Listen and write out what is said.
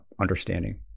understanding